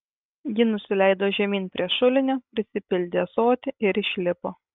ji nusileido žemyn prie šulinio prisipildė ąsotį ir išlipo